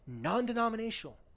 non-denominational